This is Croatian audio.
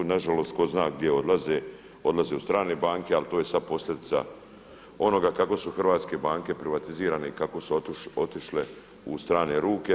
Na žalost tko zna gdje odlaze, odlaze u strane banke ali to je sad posljedica onoga kako su hrvatske banke privatizirane i kako su otišle u strane ruke.